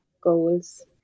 goals